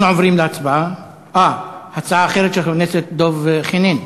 הצעה אחרת של חבר הכנסת דב חנין,